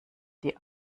die